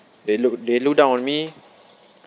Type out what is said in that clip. they look they look down on me